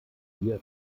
wir